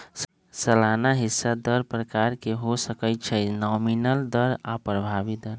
सलाना हिस्सा दर प्रकार के हो सकइ छइ नॉमिनल दर आऽ प्रभावी दर